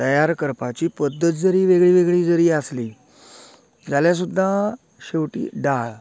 तयार करपाची पद्दत जरी वेगळी वेगळी जरी आसली जाल्यार सुद्दां शेवटी डाळ